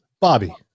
Bobby